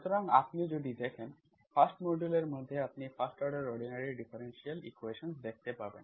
সুতরাং আপনি যদি দেখেন 1st মডিউল এর মধ্যে আপনি first order ordinary differential equations দেখতে পাবেন